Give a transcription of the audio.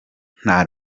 nta